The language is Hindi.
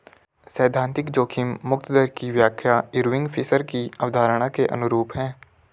सैद्धांतिक जोखिम मुक्त दर की व्याख्या इरविंग फिशर की अवधारणा के अनुरूप है